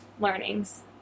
learnings